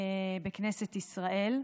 בכנסת ישראל.